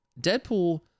Deadpool